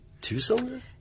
Two-cylinder